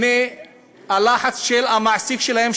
מהלחץ של המעסיק שלהן,